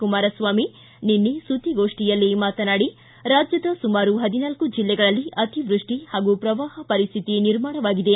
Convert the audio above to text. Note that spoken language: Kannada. ಕುಮಾರಸ್ವಾಮಿ ನಿನ್ನೆ ಸುದ್ದಿಗೋಷ್ಠಿಯಲ್ಲಿ ಮಾತನಾಡಿ ರಾಜ್ಯದ ಸುಮಾರು ಪದಿನಾಲ್ಕು ಜಿಲ್ಲೆಗಳಲ್ಲಿ ಅತಿವ್ಯಸ್ಟಿ ಹಾಗೂ ಪ್ರವಾಪ ಪರಿಶ್ಥಿತಿ ನಿರ್ಮಾಣವಾಗಿದೆ